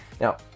Now